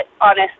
honest